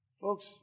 Folks